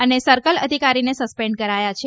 અને સર્કલ અધિકારીને સસ્પેન્ડ કરાયા છે